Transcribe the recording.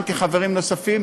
והזמנתי חברים נוספים,